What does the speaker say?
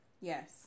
Yes